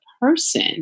person